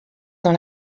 dans